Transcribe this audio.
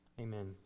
Amen